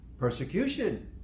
persecution